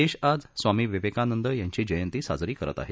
देश आज स्वामी विवेकानंद यांची जयंती साजरी करत आहे